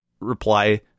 reply